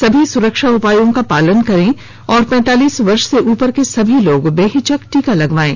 सभी सुरक्षा उपायों का पालन करें और पैंतालीस वर्ष से उपर के सभी लोग बेहिचक टीका लगवायें